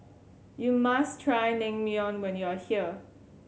you must try Naengmyeon when you are here